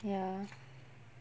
ya